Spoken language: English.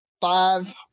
five